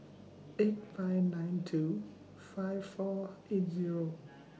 eight five nine two five four eight Zero